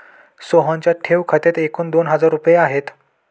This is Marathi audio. सोहनच्या ठेव खात्यात एकूण दोन हजार रुपये आहेत